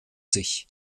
sich